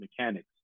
mechanics